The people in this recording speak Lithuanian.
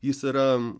jis yra